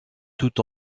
tout